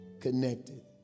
connected